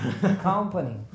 company